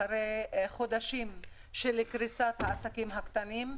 אחרי חודשים של קריסת העסקים הקטנים.